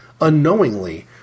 unknowingly